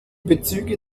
bezüge